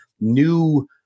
new